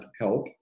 help